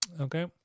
okay